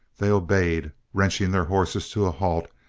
they obeyed, wrenching their horses to a halt,